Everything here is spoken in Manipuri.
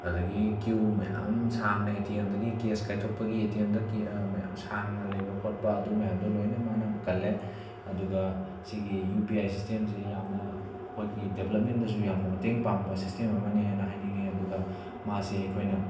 ꯑꯗꯒꯤ ꯀ꯭ꯌꯨ ꯃꯌꯥꯝ ꯁꯥꯡꯅ ꯑꯦ ꯇꯤ ꯑꯦꯝꯗꯒꯤ ꯀꯦꯁ ꯀꯥꯏꯈꯣꯛꯄꯒꯤ ꯑꯦ ꯇꯤ ꯑꯦꯝꯗ ꯀꯦ ꯃꯌꯥꯝ ꯁꯥꯡꯅ ꯂꯩꯕ ꯈꯣꯠꯄ ꯑꯗꯨ ꯃꯌꯥꯝꯗꯣ ꯂꯣꯏꯅ ꯃꯥꯅ ꯀꯜꯂꯦ ꯑꯗꯨꯒ ꯁꯤꯒꯤ ꯌꯨ ꯄꯤ ꯑꯥꯏ ꯁꯤꯁꯇꯦꯝꯁꯦ ꯌꯥꯝꯅ ꯑꯩꯈꯣꯏꯒꯤ ꯗꯦꯕꯂꯞꯃꯦꯟꯗꯁꯨ ꯌꯥꯝꯅ ꯃꯇꯦꯡ ꯄꯥꯡꯕ ꯁꯤꯁꯇꯦꯝ ꯑꯃꯅꯦꯅ ꯍꯥꯏꯅꯤꯡꯏ ꯑꯗꯨꯒ ꯃꯥꯁꯦ ꯑꯩꯈꯣꯏꯅ